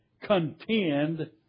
contend